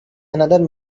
another